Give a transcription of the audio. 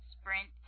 sprint